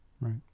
Right